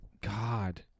God